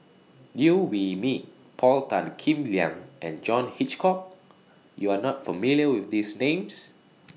Liew Wee Mee Paul Tan Kim Liang and John Hitchcock YOU Are not familiar with These Names